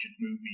movie